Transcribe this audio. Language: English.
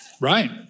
Right